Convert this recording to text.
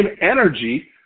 energy